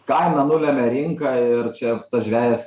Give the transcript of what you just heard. kainą nulemia rinka ir čia tas žvejas